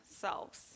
selves